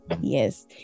Yes